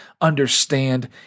understand